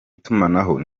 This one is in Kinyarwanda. itumanaho